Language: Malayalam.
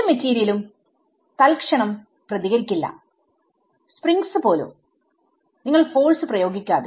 ഒരു മെറ്റീരിയലുംതലക്ഷണം പ്രതികരിക്കില്ല സ്പ്രിംഗ്സ് പോലും നിങ്ങൾ ഫോഴ്സ് പ്രയോഗിക്കാതെ